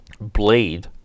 Blade